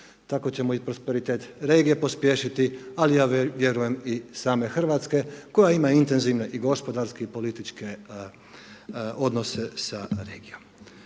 Tako ćemo i prosperitet regije pospješiti ali ja vjerujem i same Hrvatske koja ima intenzivne i gospodarske i političke odnose sa regijom.